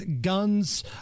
guns